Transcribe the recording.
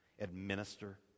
administer